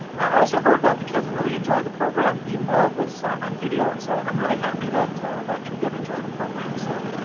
i also heard that the kids really enjoyed the program, even though it was on video, and so i'm really happy that that you did enjoy the program. so